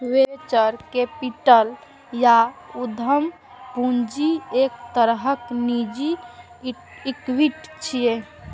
venture capital या उद्यम पूंजी एक तरहक निजी इक्विटी छियै